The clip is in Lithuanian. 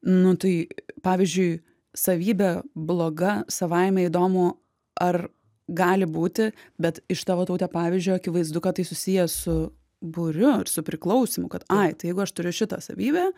nu tai pavyzdžiui savybė bloga savaime įdomu ar gali būti bet iš tavo taute pavyzdžio akivaizdu kad tai susiję su būriu ir su priklausymu kad ai tai jeigu aš turiu šitą savybę